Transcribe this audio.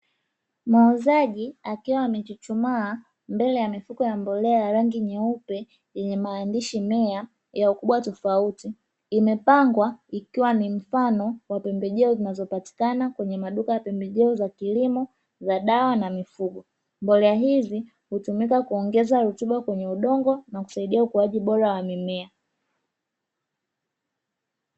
Muuzaji akiwa amechuchumaa mbele ya mifuko ya mbolea ya rangi nyeupe, yenye maandishi mengi ya ukubwa tofauti, imepangwa ikiwa ni mfano wa pembejeo zinazopatikana kwenye maduka ya pembejeo za kilimo za dawa na mifugo. Mbolea hizi hutumika kuongeza rutuba kwenye udongo na kusaidia ukuaji bora wa mimea.